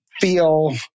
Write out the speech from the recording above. feel